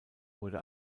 wurde